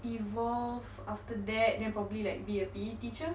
evolve after that then probably like be a P_E teacher